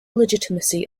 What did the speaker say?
legitimacy